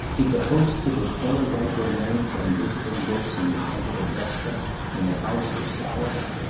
did the hosts of attila write their names on visiting books in the temple of vesta and the house of sallust?